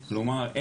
כלומר,